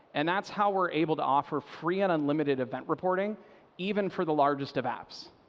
and that's how we're able to offer free and unlimited event reporting even for the largest of apps.